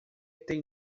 tem